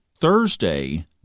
Thursday